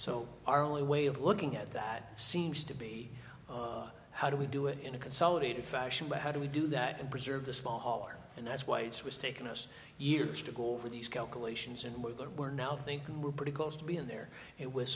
our only way of looking at that seems to be how do we do it in a consolidated fashion but how do we do that and preserve the smaller and that's why it's was taken us years to go over these calculations and with that we're now thinking we're pretty close to be in there wit